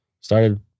started